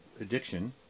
addiction